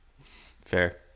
Fair